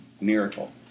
miracle